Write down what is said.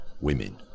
women